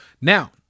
Now